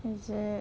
ya